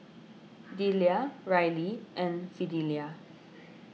Dellia Rylee and Fidelia